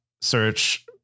search